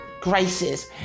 graces